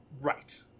Right